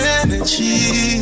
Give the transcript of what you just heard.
energy